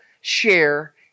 share